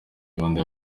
gahunda